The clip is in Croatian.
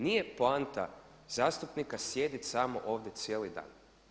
Nije poanta zastupnika sjedit samo ovdje cijeli dan.